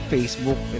Facebook